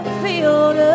field